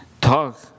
talk